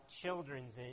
children's